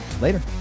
Later